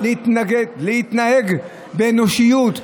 צריך להתנהג באנושיות.